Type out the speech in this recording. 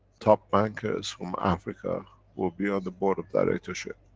top bankers from africa will be on the board of directorship.